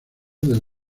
del